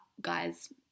guys